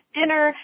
dinner